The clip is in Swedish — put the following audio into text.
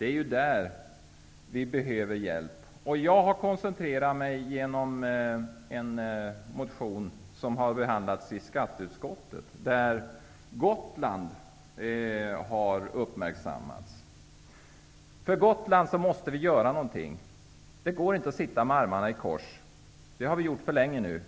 Här behöver vi hjälp. En av mina motioner, som har behandlats av skatteutskottet, har uppmärksammat Gotland. Vi måste göra något för Gotland. Det går inte att bara sitta med armarna i kors. Det har vi gjort alltför länge nu.